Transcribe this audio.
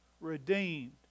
redeemed